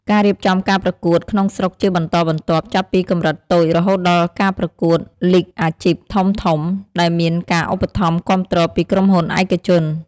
ការរៀបចំការប្រកួតក្នុងស្រុកជាបន្តបន្ទាប់ ចាប់ពីកម្រិតតូចរហូតដល់ការប្រកួតលីគអាជីពធំៗ ដែលមានការឧបត្ថម្ភគាំទ្រពីក្រុមហ៊ុនឯកជន។